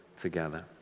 together